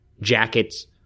jackets